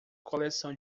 coleção